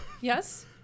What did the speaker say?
Yes